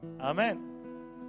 Amen